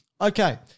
Okay